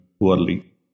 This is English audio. poorly